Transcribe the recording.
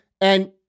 And-